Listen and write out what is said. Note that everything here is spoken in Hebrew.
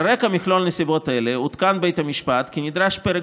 על רקע מכלול הנסיבות האלה עודכן בית המשפט כי נדרש פרק